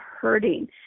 hurting